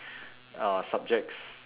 uh subjects